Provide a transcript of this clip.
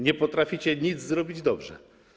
Nie potraficie nic zrobić dobrze.